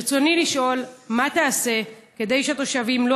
ברצוני לשאול: מה תעשה כדי שהתושבים לא